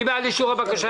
מי בעד אישור הבקשה?